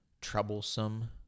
troublesome